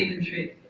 siebentritt,